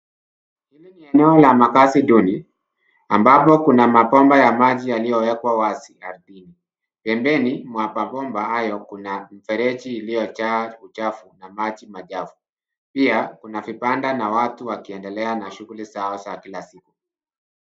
Hili ni eneo la makazi duni, ambamo kuna mabomba ya maji yaliyowekwa wazi ardhini. Pembeni mwa mabomba hayo kuna mifereji iliyojaa uchafu na maji machafu. Pia, kuna vibanda na watu wakiendelea na shughuli zao za kila siku.